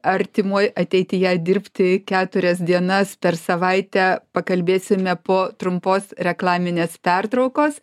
artimoj ateityje dirbti keturias dienas per savaitę pakalbėsime po trumpos reklaminės pertraukos